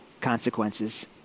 consequences